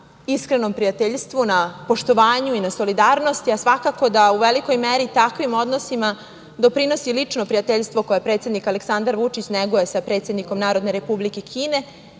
iskrenom prijateljstvu, na poštovanju i na solidarnosti, a svakako da u velikoj meri takvim odnosima doprinosi lično prijateljstvo koje predsednik Aleksandar Vučić neguje sa predsednikom Narodne Republike Kine